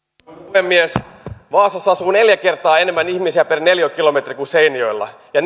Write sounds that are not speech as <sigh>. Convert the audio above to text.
puhemies vaasassa asuu neljä kertaa enemmän ihmisiä per neliökilometri kuin seinäjoella ja <unintelligible>